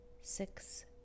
six